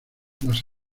más